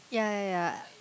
ya ya ya